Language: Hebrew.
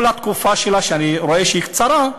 כל התקופה שלה, שאני רואה שהיא קצרה,